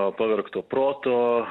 pavergto proto